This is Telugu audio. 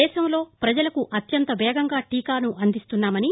దేశంలో పజలకు అత్యంత వేగంగా టీకాను అందిస్తున్నామని